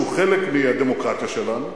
שהוא חלק מהדמוקרטיה שלנו,